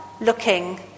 looking